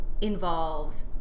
involved